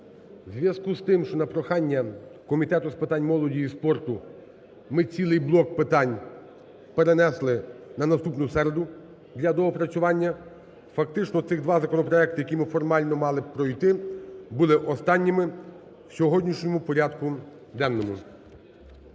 в зв'язку з тим, що на прохання Комітету з питань молоді і спорту ми цілий блок питань перенесли на наступну середу для доопрацювання, фактично цих два законопроекти, які ми формально мали б пройти, були останніми в сьогоднішньому порядку денному.